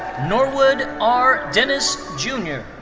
norwood r. dennis jr.